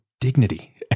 dignity